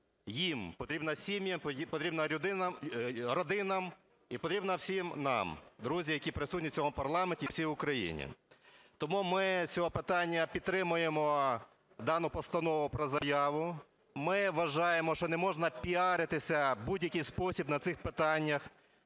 їм, потрібна сім'ям, потрібна родинам і потрібна всім нам, друзі, які присутні в цьому парламенті, всій Україні. Тому ми з цього питання підтримуємо дану постанови про заяву. Ми вважаємо, що не можна піаритися в будь-який спосіб на цих питаннях,